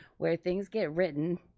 where things get written,